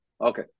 Okay